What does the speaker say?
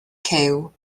cyw